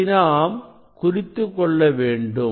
இதை நாம் குறித்துக்கொள்ள வேண்டும்